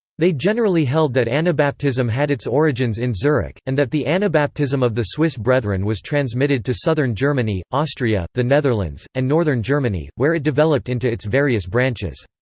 they generally held that anabaptism had its origins in zurich, and that the anabaptism of the swiss brethren was transmitted to southern germany, austria, the netherlands, and northern germany, where it developed into its various branches.